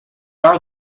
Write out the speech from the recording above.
are